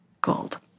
gold